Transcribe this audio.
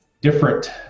different